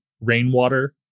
rainwater